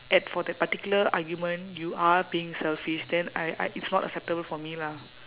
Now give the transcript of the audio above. at for that particular argument you are being selfish then I I it's not acceptable for me lah